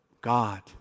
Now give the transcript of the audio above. God